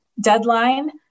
deadline